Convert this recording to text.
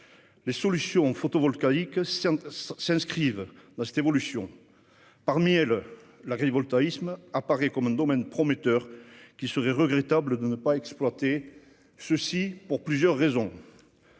Les installations photovoltaïques s'inscrivent dans cette évolution. Parmi elles, l'agrivoltaïsme apparaît comme un domaine prometteur qu'il serait regrettable de ne pas exploiter, et ce pour plusieurs raisons.